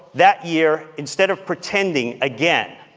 that year, instead of pretending, again,